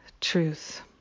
truth